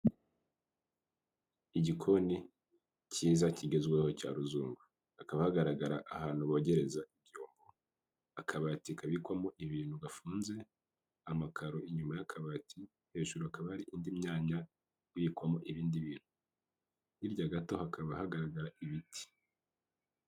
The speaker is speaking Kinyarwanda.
Igikoni kiza kigezweho cya ruzungu, hakaba hagaragara ahantu bogereza ibyombo. Akabati kabikwamo ibintu gafunze, amakaro inyuma y'akabati hejurukaba ari indi myanya uyikwamo ibindi bintu hirya gato hakaba hagaragara ibiti.